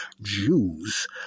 Jews